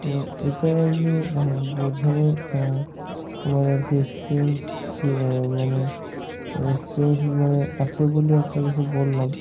তো এটাই আর কি বোঝানোর আমার আর কি এক্সপিরিয়েন্স মানে এক্সপিরিয়েন্স মানে আছে বলে আপনাদেরকে বললাম